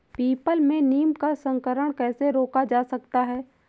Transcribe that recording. People में नीम का संकरण कैसे रोका जा सकता है?